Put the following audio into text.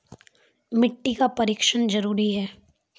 मिट्टी का परिक्षण जरुरी है?